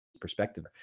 perspective